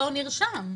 לא נרשם.